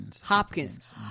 Hopkins